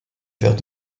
vers